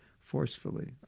forcefully